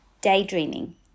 daydreaming